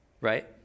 right